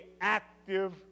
active